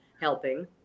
helping